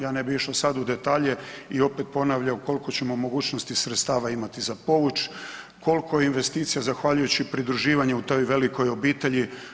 Ja ne bih išao u detalje i opet ponavljao koliko ćemo mogućnosti sredstava imati za povuć, koliko investicija zahvaljujući pridruživanju u toj velikoj obitelji.